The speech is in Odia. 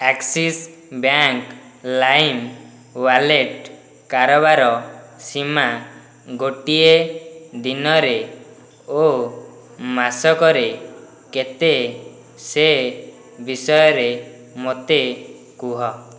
ଆକ୍ସିସ୍ ବ୍ୟାଙ୍କ୍ ଲାଇମ୍ ୱାଲେଟ୍ କାରବାର ସୀମା ଗୋଟିଏ ଦିନରେ ଓ ମାସକରେ କେତେ ସେ ବିଷୟରେ ମୋତେ କୁହ